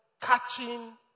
catching